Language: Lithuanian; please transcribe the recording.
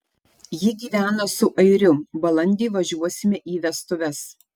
ji gyvena su airiu balandį važiuosime į vestuves